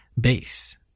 base